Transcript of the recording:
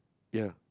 ya